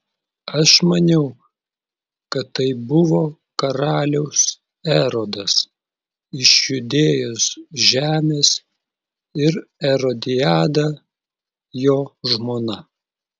aš maniau kad tai buvo karalius erodas iš judėjos žemės ir erodiada jo žmona